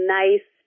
nice